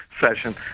session